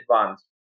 advance